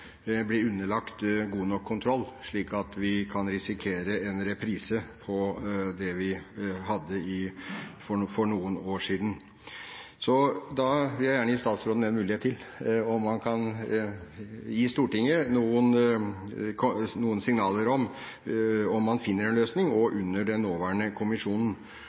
blir underlagt god nok kontroll, slik at vi kan risikere en reprise på det vi hadde for noen år siden. Derfor vil jeg gjerne gi statsråden en ny mulighet til å gi Stortinget noen signaler om man finner en løsning, og under den nåværende kommisjonen.